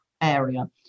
area